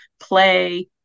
play